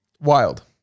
Wild